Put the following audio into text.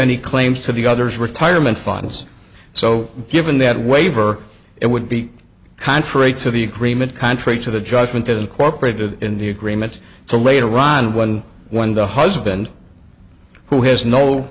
any claims to the other's retirement funds so given that waiver it would be contrary to the agreement contrary to the judgment incorporated in the agreements so later ron when when the husband who has no